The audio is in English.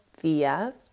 via